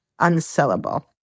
unsellable